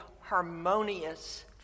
harmonious